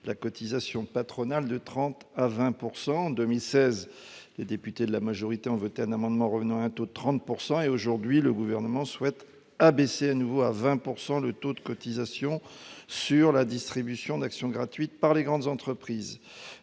la cotisation patronale de 30 % à 20 %. En 2016, les députés de la majorité ont voté un amendement visant à rétablir le taux de 30 %. Aujourd'hui, le Gouvernement souhaite ramener de nouveau à 20 % le taux des cotisations patronales sur la distribution d'actions gratuites pour les grandes entreprises.